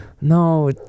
No